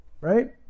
right